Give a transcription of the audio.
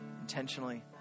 intentionally